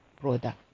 brother